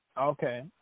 Okay